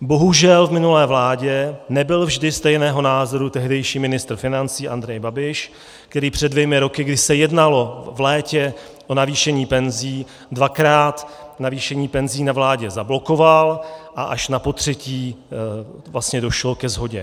Bohužel v minulé vládě nebyl vždy stejného názoru tehdejší ministr financí Andrej Babiš, který před dvěma roky, kdy se jednalo v létě o navýšení penzí, dvakrát navýšení penzí na vládě zablokoval a až napotřetí došlo ke shodě.